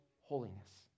holiness